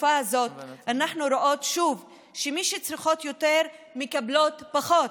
בתקופה הזאת אנחנו רואות שוב שמי שצריכות יותר מקבלות פחות,